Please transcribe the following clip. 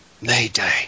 Mayday